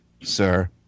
sir